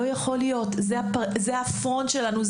זה הפרונט שלנו.